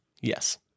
Yes